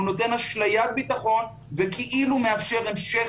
הוא נותן אשליית ביטחון וכאילו מאפשר המשך